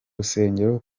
rusengero